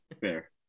Fair